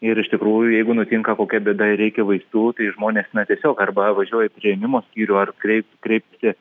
ir iš tikrųjų jeigu nutinka kokia bėda ir reikia vaistų tai žmonės na tiesiog arba važiuoja į priėmimo skyrių ar krei kreipiasi